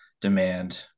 demand –